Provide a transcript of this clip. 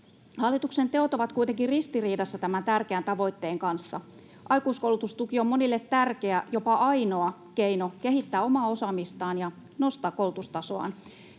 Hallituksen teot ovat kuitenkin ristiriidassa tämän tärkeän tavoitteen kanssa. Aikuiskoulutustuki on monille tärkeä, jopa ainoa, keino kehittää omaa osaamistaan ja nostaa koulutustasoaan.